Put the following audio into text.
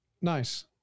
Nice